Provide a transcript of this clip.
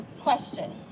question